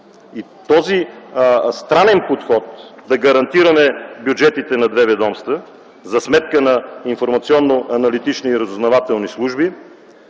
Този странен подход - да гарантираме бюджетите на две ведомства за сметка на информационно-аналитични и разузнавателни служби,